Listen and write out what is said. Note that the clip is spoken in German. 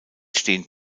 stehen